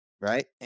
right